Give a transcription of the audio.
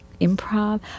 improv